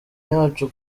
yacu